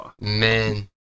man